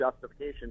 justification